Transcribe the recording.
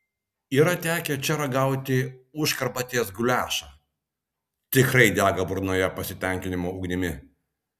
yra tekę čia ragauti užkarpatės guliašą tikrai dega burnoje pasitenkinimo ugnimi